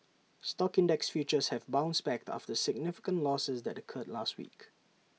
stock index futures have bounced back after significant losses that occurred last week